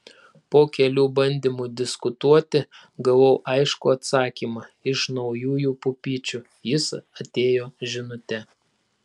po kelių bandymų diskutuoti gavau aiškų atsakymą iš naujųjų pupyčių jis atėjo žinute